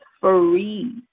free